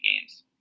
games